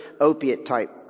opiate-type